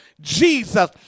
Jesus